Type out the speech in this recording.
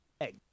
egg